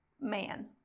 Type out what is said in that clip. man